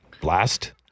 blast